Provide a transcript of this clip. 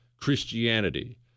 Christianity